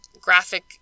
graphic